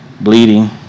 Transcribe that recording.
bleeding